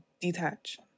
detach